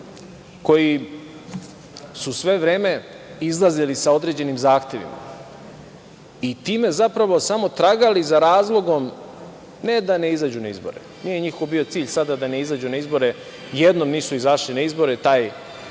koji su sve vreme izlazili sa određenim zahtevima i time zapravo samo tragali za razlogom ne da ne izađu na izbore, nije njihov bio cilj sada da ne izađu na izbore, jednom nisu izašli na izbore, taj